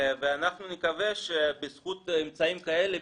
אנחנו נקווה שבזכות אמצעים כאלה,